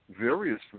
various